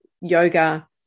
yoga